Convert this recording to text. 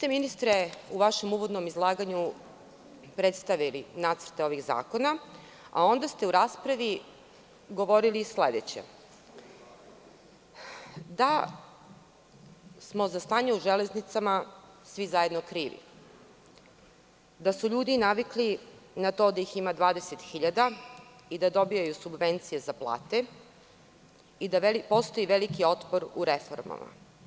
U vašem uvodnom izlaganju ste predstavili nacrte ovih zakona, a onda ste u raspravi govorili sledeće – da smo za stanje u Železnicama svi zajedno krivi, da su ljudi navikli na to da ih ima 20.000 i da dobijaju subvencije za plate i da postoji veliki otpor u reformama.